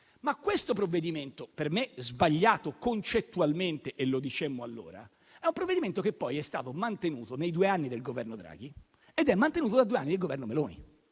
ma questo provvedimento, per me sbagliato concettualmente, come dicemmo allora, è un provvedimento che poi è stato mantenuto nei due anni del Governo Draghi ed è mantenuto da due anni dal Governo Meloni.